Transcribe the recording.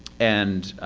and